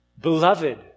Beloved